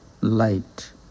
light